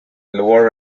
lower